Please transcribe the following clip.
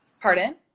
Pardon